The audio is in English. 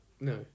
No